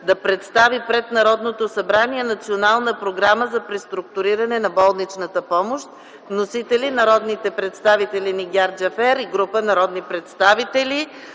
да представи пред Народното събрание Национална програма за преструктуриране на болничната помощ № 054-02-8, внесен от народния представител Нигяр Джафер и група народни представители